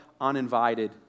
uninvited